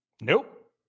Nope